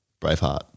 Braveheart